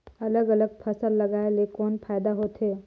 अलग अलग फसल लगाय ले कौन फायदा होथे?